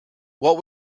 what